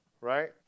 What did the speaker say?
right